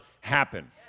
happen